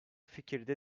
fikirde